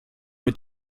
mit